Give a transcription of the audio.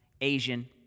Asian